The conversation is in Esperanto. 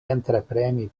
entrepreni